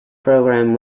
program